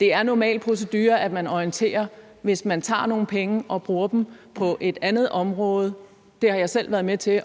Det er normal procedure, at man orienterer om det, hvis man tager nogle penge og bruger dem på et andet område. Jeg har selv været med til,